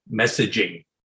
messaging